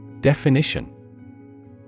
Definition